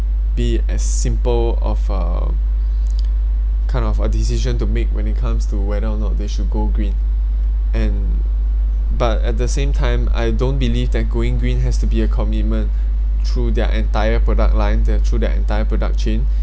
be as simple of uh kind of a decision to make when it comes to whether or not they should go green and but at the same time I don't believe that going green has to be a commitment through their entire product line there through their entire product chain